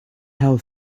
held